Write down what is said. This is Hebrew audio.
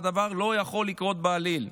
והדבר לא יכול לקרות בעליל.